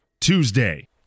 Tuesday